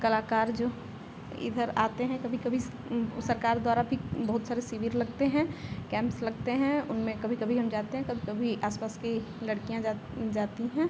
कलाकार जो इधर आते हैं कभी कभी सरकार द्वारा भी बहुत सारे शिविर लगते हैं कैम्प्स लगते हैं उनमें कभी कभी हम जाते हैं कभी कभी आसपास की लड़कियाँ जा जाती हैं